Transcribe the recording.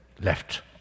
left